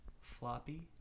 Floppy